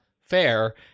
Fair